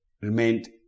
remained